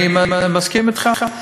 אני מסכים אתך.